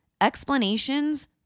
Explanations